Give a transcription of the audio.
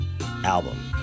album